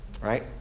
right